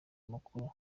amakuru